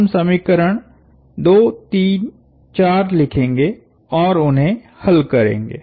हम समीकरण 2 3 4 लिखेंगे और उन्हें हल करेंगे